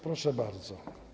Proszę bardzo.